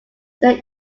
they